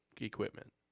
Equipment